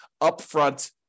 upfront